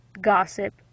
gossip